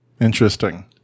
interesting